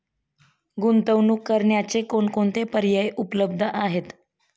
गुंतवणूक करण्याचे कोणकोणते पर्याय उपलब्ध आहेत?